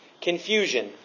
confusion